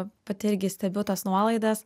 pati irgi stebiu tas nuolaidas